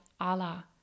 Allah